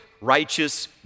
righteous